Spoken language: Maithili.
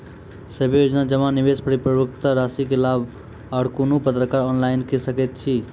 सभे योजना जमा, निवेश, परिपक्वता रासि के लाभ आर कुनू पत्राचार ऑनलाइन के सकैत छी?